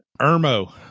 Irmo